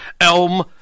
Elm